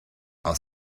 are